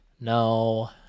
no